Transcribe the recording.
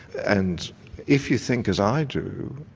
and if you think as i do,